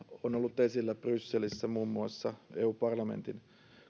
on ollut esillä brysselissä muun muassa eu parlamentin